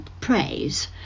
praise